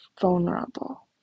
vulnerable